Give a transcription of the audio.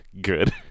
Good